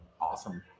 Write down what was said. awesome